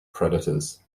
predators